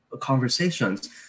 conversations